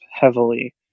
heavily